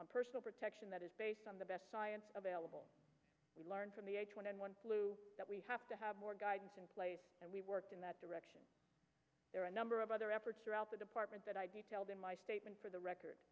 on personal protection that is based on the best science available we learn from the h one n one flu that we have to have more guidance in place and we worked in that direction there are a number of other efforts throughout the department that i detailed in my statement for the record